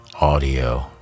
audio